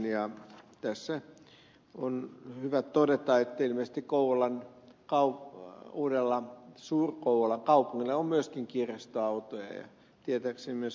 ja tässä on hyvä todeta että ilmeisesti uudella suur kouvolan kaupungilla on myöskin kirjastoautoja ja tietääkseni myös ed